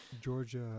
georgia